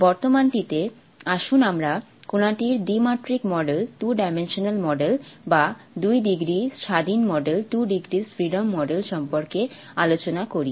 বর্তমানটিতে আসুন আমরা কণাটির দ্বিমাত্রিক মডেল বা দুই ডিগ্রি স্বাধীন মডেল সম্পর্কে আলোচনা করি